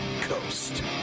coast